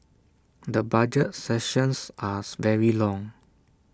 the budget sessions are very long